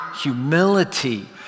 humility